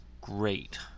great